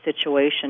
situation